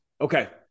Okay